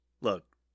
look